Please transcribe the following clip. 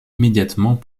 immédiatement